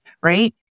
right